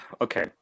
okay